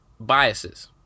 biases